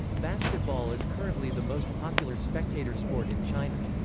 basketball is currently the most popular spectator sport in china.